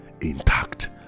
intact